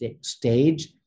stage